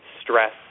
stress